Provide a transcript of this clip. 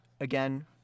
again